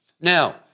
Now